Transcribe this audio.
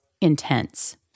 intense